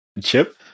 Chip